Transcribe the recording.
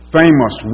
famous